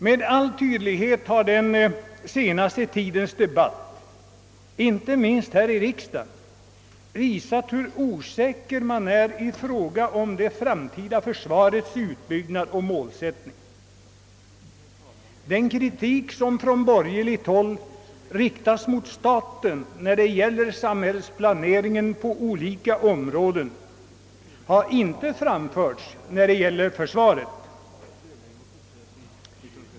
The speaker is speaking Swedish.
Med all tydlighet har den senaste tidens debatt, inte minst här i riksdagen, visat hur osäker man är i fråga om det framtida försvarets utbyggnad och målsättning. Den kritik som från borgerligt håll riktats mot staten när det gäller samhällsplaneringen på olika områden har inte avsett försvaret.